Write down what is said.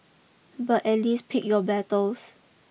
but at least pick your battles